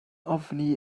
ofni